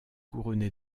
couronné